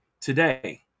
today